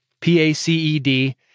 P-A-C-E-D